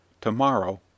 TOMORROW